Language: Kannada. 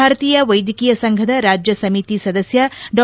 ಭಾರತೀಯ ವೈದ್ಯಕೀಯ ಸಂಘದ ರಾಜ್ಯ ಸಮಿತಿ ಸದಸ್ಯ ಡಾ